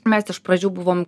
mes iš pradžių buvom